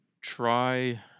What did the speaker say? Try